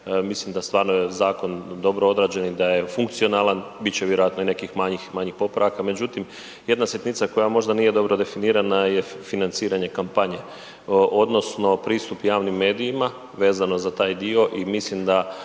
mislim da stvarno je zakon dobro odrađen i da je funkcionalan, bit će vjerojatno i nekih manjih popravaka, međutim jedna sitnica koja možda nije dobro definirana je financiranje kampanje odnosno pristup javnim medijima vezano za taj dio i mislim